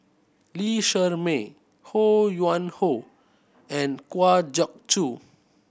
Lee Shermay Ho Yuen Hoe and Kwa Geok Choo